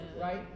right